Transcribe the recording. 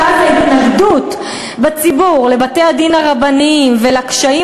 אני בטוחה שאז ההתנגדות בציבור לבתי-הדין הרבניים ולקשיים